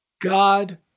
God